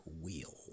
wheel